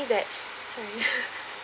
that sorry